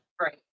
Right